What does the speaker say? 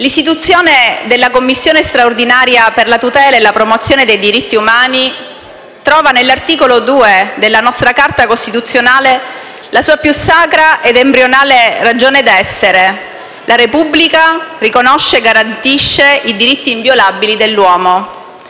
l'istituzione della Commissione straordinaria per la tutela e la promozione dei diritti umani trova nell'articolo 2 della nostra Carta costituzionale la sua più sacra ed embrionale ragione d'essere: «la Repubblica riconosce e garantisce i diritti inviolabili dell'uomo».